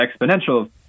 Exponential